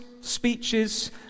speeches